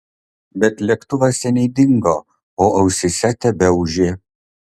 bet lėktuvas seniai dingo o ausyse tebeūžė